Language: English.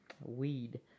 weed